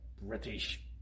British